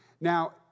Now